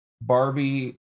Barbie